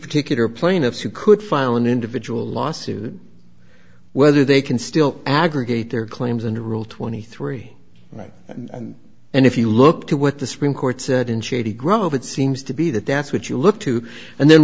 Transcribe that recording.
particular plaintiffs who could file an individual lawsuit whether they can still aggregate their claims and to rule twenty three right and if you look to what the supreme court said in shady grove it seems to be that that's what you look to and then